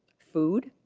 food,